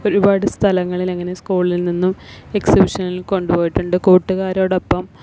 ഒരുപാട് സ്ഥലങ്ങളില് അങ്ങനെ സ്കൂളില് നിന്നും എക്സിബിഷനിൽ കൊണ്ടു പോയിട്ടുണ്ട് കൂട്ടുകാരോടൊപ്പം